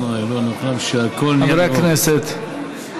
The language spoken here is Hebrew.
חברי הכנסת.